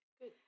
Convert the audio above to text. good